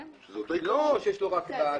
או כרטיס מעבר.